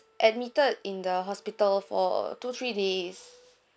admitted in the hospital for two three days